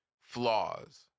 flaws